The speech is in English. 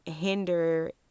hinder